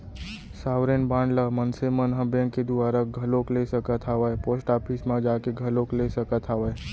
sovereign bond ल मनसे मन ह बेंक के दुवारा घलोक ले सकत हावय पोस्ट ऑफिस म जाके घलोक ले सकत हावय